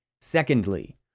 Secondly